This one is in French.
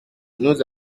nous